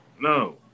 No